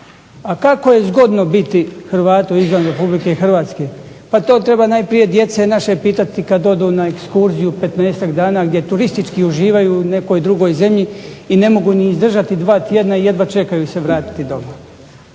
A kako je zgodno biti Hrvatu izvan Hrvatske, pa to najprije treba djece naše pitati kada odu na ekskurziju 15-ak dana gdje turistički uživaju u nekoj drugoj zemlji i ne mogu ni izdržati dva tjedna, jedva čekaju se vratiti doma.